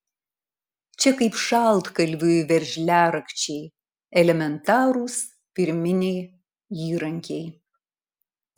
čia kaip šaltkalviui veržliarakčiai elementarūs pirminiai įrankiai